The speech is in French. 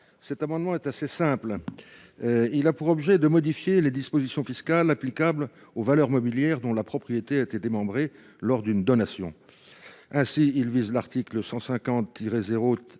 Cet amendement a pour objet de modifier les dispositions fiscales applicables aux valeurs mobilières dont la propriété a été démembrée lors d’une donation. Il vise à modifier l’article 150 0